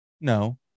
no